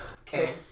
Okay